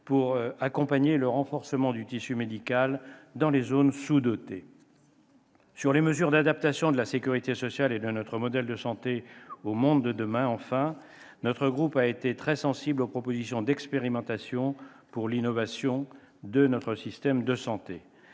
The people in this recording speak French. pour accompagner le renforcement du tissu médical dans les zones sous-dotées. S'agissant enfin des mesures d'adaptation de la sécurité sociale et de notre modèle de santé au monde de demain, mon groupe a été très sensible aux propositions d'expérimentations en faveur de l'innovation dans notre système de santé.